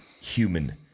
human